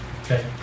okay